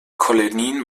kolonien